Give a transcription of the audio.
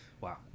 Wow